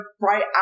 right